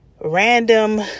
random